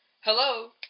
Hello